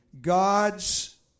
God's